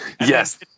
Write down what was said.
Yes